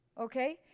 Okay